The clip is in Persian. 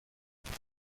پاشید